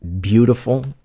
beautiful